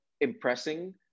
impressing